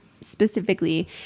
specifically